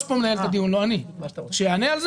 תענה.